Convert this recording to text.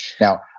Now